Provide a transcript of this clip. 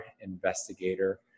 investigator